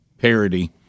parody